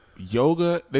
Yoga